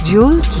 Jewel